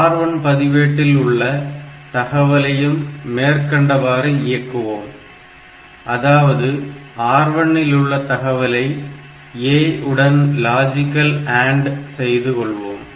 R1 பதிவேட்டில் உள்ள தகவலையும் மேற்கண்டவாறு இயக்குவோம் அதாவது R1 இல் உள்ள தகவலை A உடன் லாஜிக்கல் ஆண்ட் செய்து கொள்வோம்